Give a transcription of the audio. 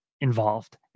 involved